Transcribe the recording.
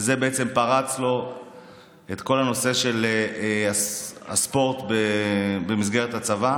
וזה בעצם פרץ לו את כל הנושא של הספורט במסגרת הצבא,